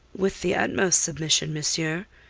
with the utmost submission, monsieur.